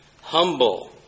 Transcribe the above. humble